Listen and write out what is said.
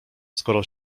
skoro